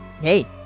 Hey